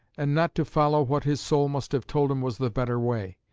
and not to follow what his soul must have told him was the better way.